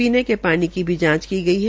पीने के पानी की भी जांच की गई है